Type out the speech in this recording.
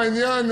העניין,